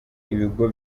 ibigo